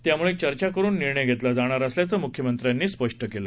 त्यामुळे चर्चा करून निर्णय घेतला जाणार असल्याचं मुख्यमंत्र्यांनी स्पष्ट केलं